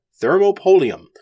Thermopolium